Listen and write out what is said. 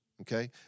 okay